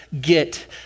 get